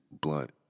blunt